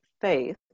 faith